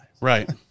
Right